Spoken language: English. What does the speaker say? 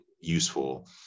useful